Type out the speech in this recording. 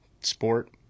sport